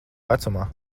vecumā